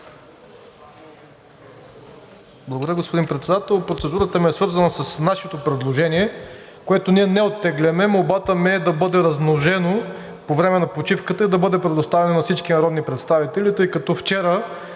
Благодаря, господин Председател. Процедурата ми е свързана с нашето предложение, което ние не оттегляме. Молбата ми е да бъде размножено по време на почивката и да бъде предоставено на всички народни представители, тъй като вчера